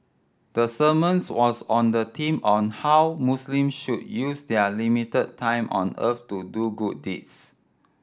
the sermons was on the theme of how Muslim should use their limited time on earth to do good deeds